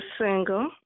single